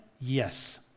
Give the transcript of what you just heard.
yes